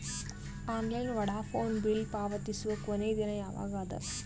Online Vodafone bill ಪಾವತಿಸುವ ಕೊನಿ ದಿನ ಯವಾಗ ಅದ?